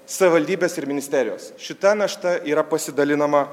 savivaldybės ir ministerijos šita našta yra pasidalinama